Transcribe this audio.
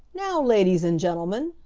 now, ladies and gentlemen,